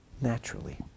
naturally